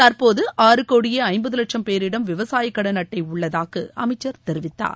தற்போது ஆறுகோடியே ஐம்பது லட்சம் பேரிடம் விவசாயக் கடன் அட்டை உள்ளதாக அமைச்சர் தெரிவித்தார்